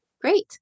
Great